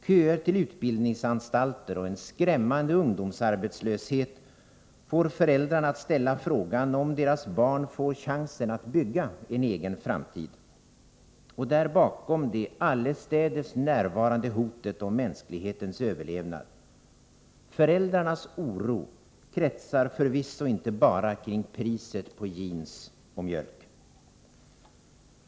Köer till utbildningsanstalter och en skrämmande ungdomsarbetslöshet får föräldrarna att ställa frågan om deras barn får chansen att bygga en egen framtid. Och där bakom finns det allestädes närvarande hotet mot mänsklighetens överlevnad. Föräldrarnas oro kretsar förvisso inte bara kring priset på jeans och mjölk.